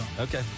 Okay